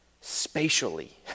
spatially